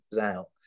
out